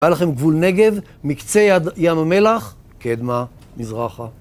היה לכם גבול נגב, מקצה יד... ים המלח, קדמה, מזרחה.